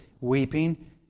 weeping